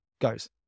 goes